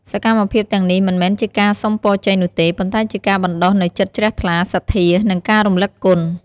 សកម្មភាពទាំងនេះមិនមែនជាការសុំពរជ័យនោះទេ ប៉ុន្តែជាការបណ្ដុះនូវចិត្តជ្រះថ្លា សទ្ធា និងការរលឹកគុណ។